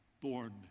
born